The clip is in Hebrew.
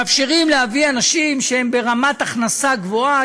להביא אנשים שהם ברמת הכנסה גבוהה.